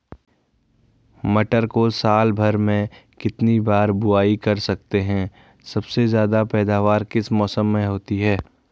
मटर को साल भर में कितनी बार बुआई कर सकते हैं सबसे ज़्यादा पैदावार किस मौसम में होती है?